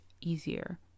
easier